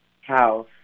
house